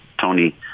Tony